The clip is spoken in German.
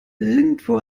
irgendwo